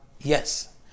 yes